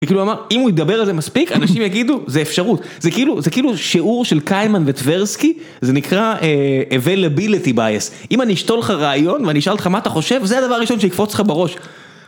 אם הוא ידבר על זה מספיק אנשים יגידו זה אפשרות, זה כאילו שיעור של קיימן וטברסקי זה נקרא availability bias, אם אני אשתול לך רעיון ואני אשאל אותך מה אתה חושב זה הדבר הראשון שיקפוץ לך בראש.